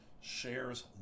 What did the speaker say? shares